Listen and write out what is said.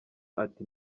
ati